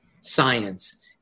science